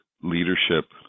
leadership